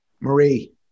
Marie